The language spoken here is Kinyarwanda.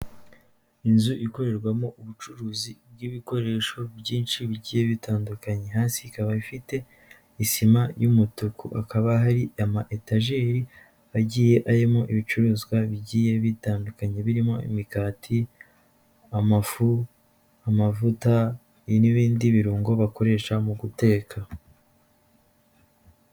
Inzu ikorerwamo ubucuruzi bw'ibikoresho byinshi bigiye bitandukanye, hasi ikaba ifite isima y'umutuku, hakaba hari ama etajeri agiye arimo ibicuruzwa bigiye bitandukanye birimo imikati, amafu, amavuta n'ibindi birungo bakoresha mu guteka.